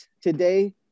Today